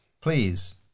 Please